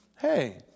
hey